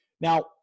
Now